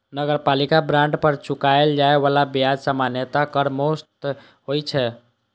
नगरपालिका बांड पर चुकाएल जाए बला ब्याज सामान्यतः कर मुक्त होइ छै